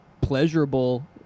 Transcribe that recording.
pleasurable